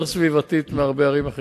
והסיכוי שיקרה שיטפון נוסף שואף לאפס.